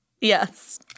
Yes